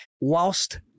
whilst